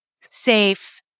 safe